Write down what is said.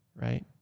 right